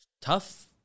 Tough